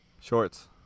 Shorts